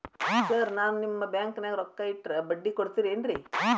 Sir ನಾನು ನಿಮ್ಮ ಬ್ಯಾಂಕನಾಗ ರೊಕ್ಕ ಇಟ್ಟರ ಬಡ್ಡಿ ಕೊಡತೇರೇನ್ರಿ?